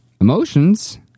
emotions